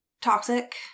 toxic